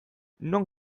non